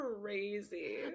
crazy